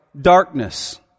darkness